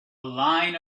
line